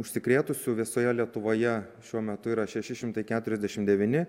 užsikrėtusių visoje lietuvoje šiuo metu yra šeši šimtai keturiasdešimt devyni